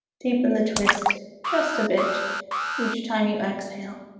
deepen the twist just a bit each time you exhale